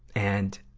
and,